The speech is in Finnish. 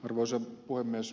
arvoisa puhemies